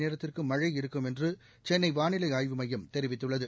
நேரத்திற்கு மழை இருக்கும் என்று சென்னை வானிலை ஆய்வு மையம் தெரிவித்துள்ளது